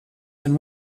and